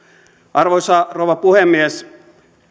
arvoisa rouva puhemies